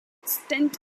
extant